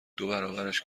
دوبرابرش